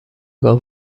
گاو